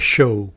Show